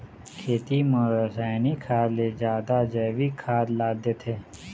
खेती म रसायनिक खाद ले जादा जैविक खाद ला देथे